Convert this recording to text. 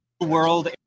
World